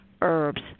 herbs